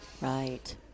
right